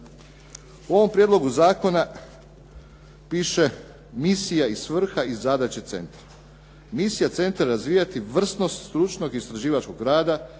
U ovom prijedlogu zakona piše "Misija, svrha i zadaća centra". Misija centra je razvijati vrsnost stručnog istraživačkog rada